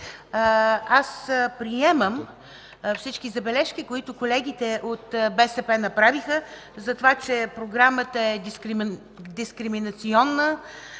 Аз приемам всички забележки, които колегите от БСП направиха, за това, че програмата е дискриминационна,